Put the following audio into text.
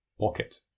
pocket